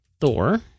Thor